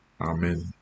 Amen